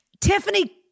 Tiffany